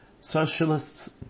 Socialists